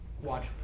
watch